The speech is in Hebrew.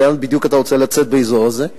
ולאן בדיוק אתה רוצה לצאת באזור הזה?